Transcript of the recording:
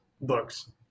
Books